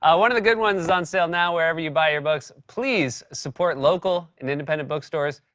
ah one of the good ones is on sale now wherever you buy your books. please support local and independent bookstores.